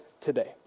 today